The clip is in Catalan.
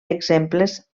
exemples